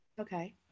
Okay